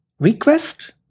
Request